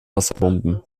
wasserbomben